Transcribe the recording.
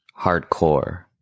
hardcore